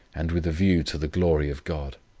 and with a view to the glory of god.